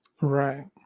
Right